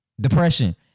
Depression